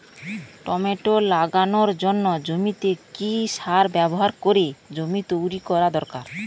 Tomato লাগানোর জন্য জমিতে কি সার ব্যবহার করে জমি তৈরি করা দরকার?